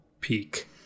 peak